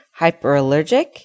Hyperallergic